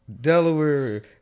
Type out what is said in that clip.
Delaware